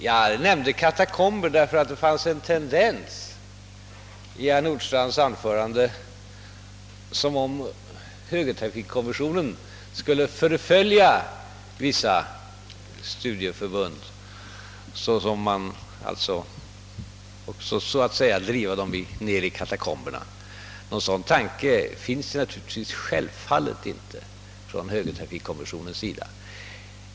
Jag använde ordet »katakomber» därför att det i herr Nordstrandhs anförande fanns en tendens att vilja göra gällande att högertrafikkommissionen skulle förfölja vissa studieförbund och »driva dem ned i katakomberna», Självfallet har man hos högertrafikkommissionen inte haft den ringaste tanke på något sådant.